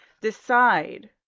Decide